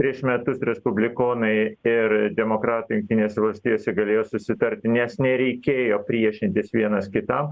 prieš metus respublikonai ir demokratai jungtinėse valstijose galėjo susitarti nes nereikėjo priešintis vienas kitam